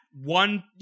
one